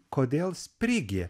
kodėl sprigė